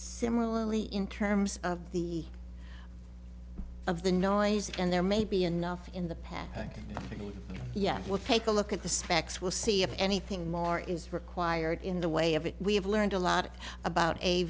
similarly in terms of the of the noise and there may be enough in the past yes we'll take a look at the specs we'll see if anything more is required in the way of it we have learned a lot about a